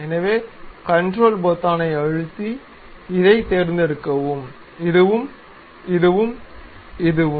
எனவே கன்ட்ரோல் பொத்தானை அழுத்தி இதைத் தேர்ந்தெடுக்கவும் இதுவும் இதுவும் இதுவும்